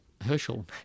Herschel